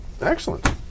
Excellent